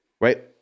right